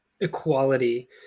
equality